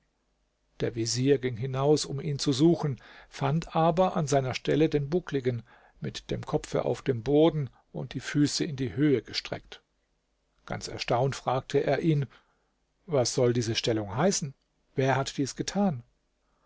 der vezier ging hinaus um ihn zu suchen fand aber an seiner stelle den buckligen mit dem kopfe auf dem boden und die füße in die höhe gestreckt ganz erstaunt fragte er ihn was soll diese stellung heißen wer hat dies getan